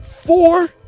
Four